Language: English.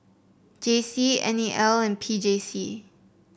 J C N E L and P J C